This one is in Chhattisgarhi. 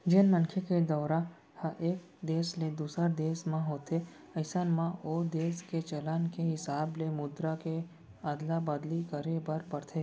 जेन मनखे के दौरा ह एक देस ले दूसर देस म होथे अइसन म ओ देस के चलन के हिसाब ले मुद्रा के अदला बदली करे बर परथे